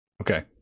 Okay